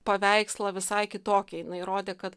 paveikslą visai kitokį jinai rodė kad